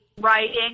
writing